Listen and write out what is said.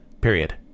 Period